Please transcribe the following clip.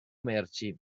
merci